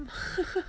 ha ha